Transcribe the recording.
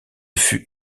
fut